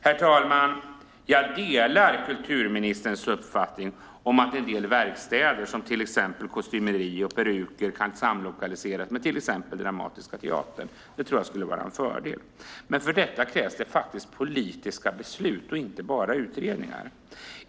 Herr talman! Jag delar kulturministerns uppfattning att en del verkstäder, som till exempel kostymeri och peruker, kan samlokaliseras till exempel med Dramatiska teatern. Det tror jag skulle vara en fördel. Men för detta krävs det politiska beslut och inte bara utredningar.